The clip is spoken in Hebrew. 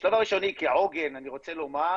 בשלב הראשוני כעוגן אני רוצה לומר